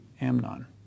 Amnon